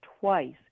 twice